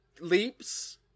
leaps